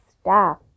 staff